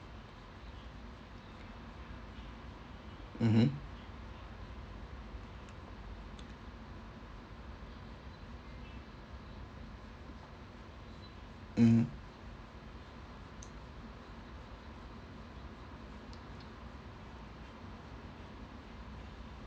mmhmm mm